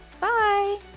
Bye